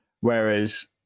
Whereas